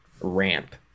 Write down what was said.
ramp